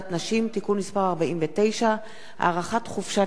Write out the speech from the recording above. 49) (הארכת חופשת לידה בשל אשפוז יילוד),